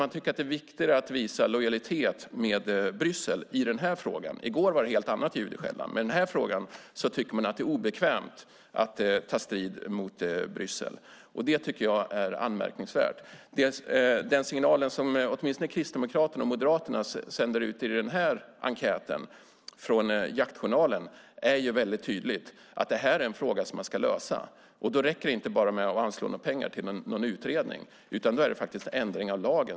Man tycker att det är viktigare att visa lojalitet med Bryssel i denna fråga. I går var det annat ljud i skällan, men i denna fråga tycker man att det är obekvämt att ta strid mot Bryssel. Det är anmärkningsvärt. Den signal som åtminstone Kristdemokraterna och Moderaterna sänder ut i enkäten i Jaktjournalen är tydlig. Det här är en fråga som ska lösas, och då räcker det inte att anslå pengar till en utredning. Det handlar om en ändring av lagen.